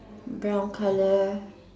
brown color